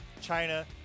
China